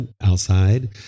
Outside